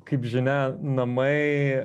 kaip žinia namai